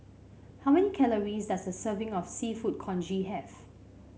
how many calories does a serving of seafood Congee have